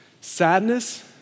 Sadness